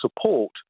support